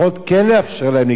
כן לאפשר להם לגבות,